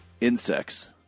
insects